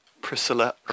Priscilla